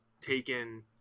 taken